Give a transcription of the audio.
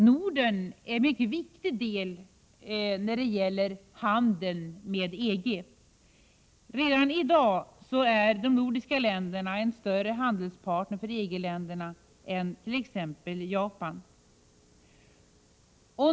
Norden är en mycket viktig del när det gäller handeln med EG. Redan i dag är de nordiska länderna en större handelspartner för EG-länderna än t.ex. Japan.